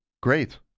Great